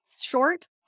short